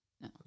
No